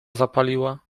zapaliła